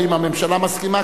ואם הממשלה מסכימה,